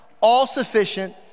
All-sufficient